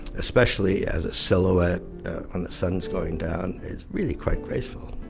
especially as a silhouette when the sun's going down. it's really quite graceful.